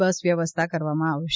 બસ વ્યવસ્થા કરવામાં આવી છે